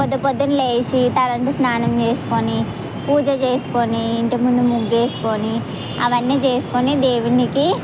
పొద్దు పొద్దున్నే లేచి తలంటు స్నానం చేసుకొని పూజ చేసుకొని ఇంటి ముందు ముగ్గు వేసుకొని అవన్నీ చేసుకుని దేవునికి